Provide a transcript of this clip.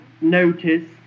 notice